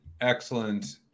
excellent